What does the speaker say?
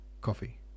coffee